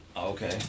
Okay